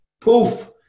Poof